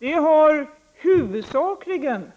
Detta förhållande har huvudsakligen